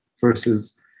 versus